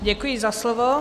Děkuji za slovo.